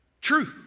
true